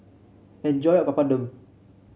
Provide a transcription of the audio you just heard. enjoy your Papadum